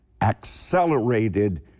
accelerated